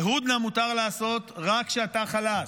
הודנה מותר לעשות רק כשאתה חלש,